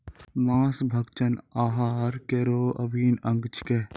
मांस भक्षण आहार केरो अभिन्न अंग छिकै